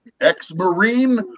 ex-Marine